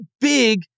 big